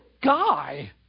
guy